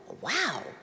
wow